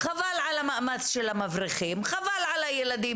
חבל על המאמץ של המבריחים וחבל על הילדים